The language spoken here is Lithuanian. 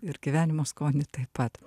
ir gyvenimo skonį taip pat